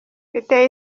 biteye